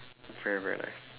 very very nice